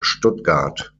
stuttgart